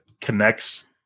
connects